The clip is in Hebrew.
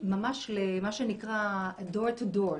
למה שנקרא door to door.